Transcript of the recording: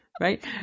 Right